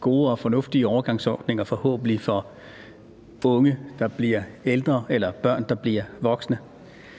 gode og fornuftige overgangsordninger – forhåbentlig – for unge, der bliver ældre, eller børn, der bliver voksne.